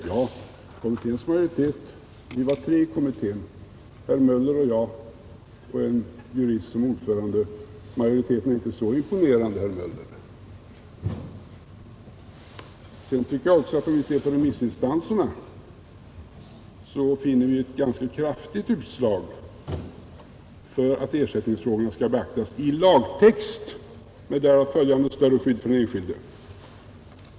Ja, vi var tre ledamöter i kommittén — herr Möller och jag och en jurist som ordförande. Majoriteten var inte så imponerande, herr Möller. Om vi ser på remissinstanserna finner vi dessutom ett ganska kraftigt utslag för att ersättningsfrågorna skall beaktas i lagtext, med därav följande större skydd för den enskilde.